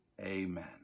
Amen